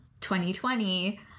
2020